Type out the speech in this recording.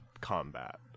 combat